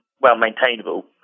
well-maintainable